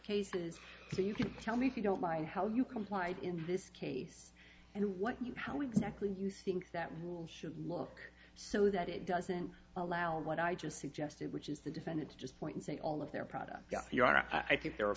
cases so you can tell me if you don't mind how you comply in this case and what you how exactly you think that rule should look so that it doesn't allow what i just suggested which is the defendant to just point and say all of their products i think there are